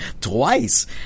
twice